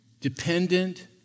dependent